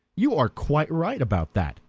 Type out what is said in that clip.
you are quite right about that.